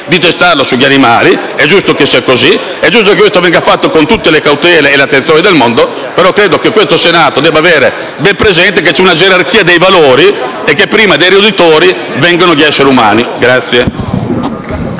a testarlo sugli animali. È giusto che sia così. È giusto che questo venga fatto con tutte le cautele e le attenzioni del mondo, però credo che questo Senato debba avere ben presente che c'è una gerarchia dei valori e che prima dei roditori vengono gli esseri umani.